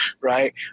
Right